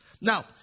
Now